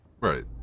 Right